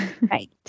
Right